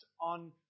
on